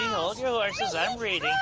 hold your horses. i'm reading.